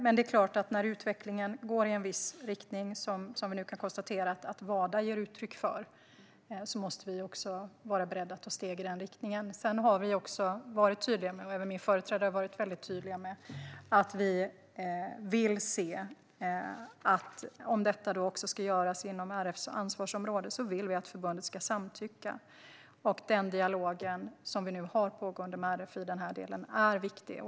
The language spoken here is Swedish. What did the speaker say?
Men när utvecklingen går i en viss riktning, vilket vi kan konstatera att Wada ger uttryck för, måste vi också vara beredda att ta steg i den riktningen. Vi och även min företrädare har varit väldigt tydliga med att vi - om detta ska göras inom RF:s ansvarsområde - vill att förbundet ska samtycka. Den dialog som vi har med RF i den här delen är viktig.